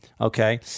okay